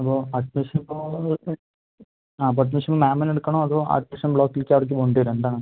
അപ്പോൾ അഡ്മിഷൻ ഇപ്പോൾ ആ അപ്പോൾ അഡ്മിഷൻ മാമിന് എടുക്കണോ അതോ അഡ്മിഷൻ കൊണ്ടുവരുമോ എന്താണ്